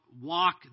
walk